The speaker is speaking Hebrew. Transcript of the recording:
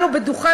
מעל דוכן